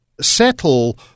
settle